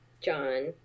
John